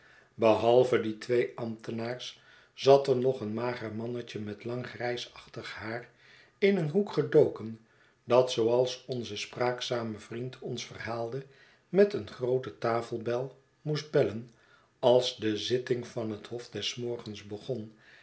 behalve die twee ambtenaars zat er nog een mager mannetje met lang grijsachtig haar in een hoek gedoken dat zooals onze spraakzame vriend ons verhaalde met een groote tafelbel moest bellen als de zitting van het hof des morgens begon